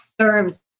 serves